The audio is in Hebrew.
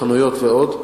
חנויות ועוד,